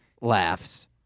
laughs